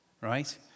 right